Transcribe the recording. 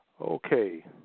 Okay